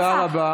תודה רבה,